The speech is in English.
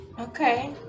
Okay